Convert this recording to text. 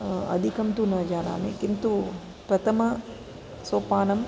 अधिकं तु न जानामि किन्तु प्रथमसोपानं